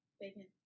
Bacon